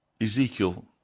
Ezekiel